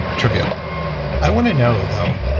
trivial i want to know though,